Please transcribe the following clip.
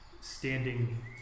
standing